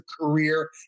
career